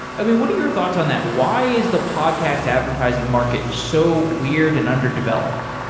i mean, what are your thoughts on that? why is the podcast advertising market so weird and underdeveloped.